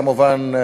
כמובן,